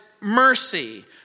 mercy